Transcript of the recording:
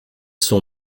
sont